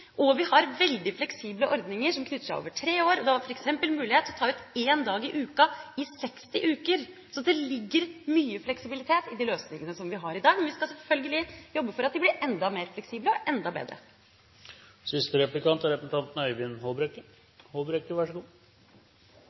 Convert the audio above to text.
og vi har veldig fleksible ordninger som går over tre år. De har f.eks. mulighet til å ta ut én dag i uka i 60 uker. Så det ligger mye fleksibilitet i de løsningene som vi har i dag. Men vi skal selvfølgelig jobbe for at de blir enda mer fleksible og enda bedre. Frihetsrevolusjon har vi i Kristelig Folkeparti kanskje et noe anstrengt forhold til, og heller ikke væpnet revolusjon er vi så